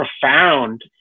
profound